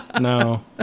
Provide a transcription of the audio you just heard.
No